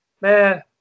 man